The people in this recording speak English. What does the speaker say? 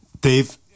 Dave